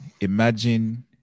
imagine